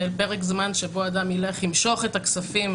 שפרק הזמן שבו אדם ילך למשוך את הכספים,